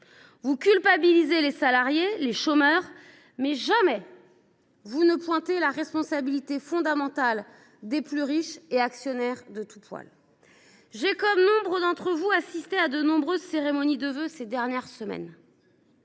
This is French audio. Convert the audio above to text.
Vous culpabilisez les salariés et les chômeurs, mais jamais vous ne pointez la responsabilité fondamentale des plus riches, des actionnaires de tout poil. Comme nombre d’entre vous, j’ai assisté à de nombreuses cérémonies de vœux ces dernières semaines.